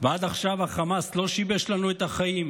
עד עכשיו החמאס לא שיבש לנו את החיים?